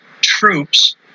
troops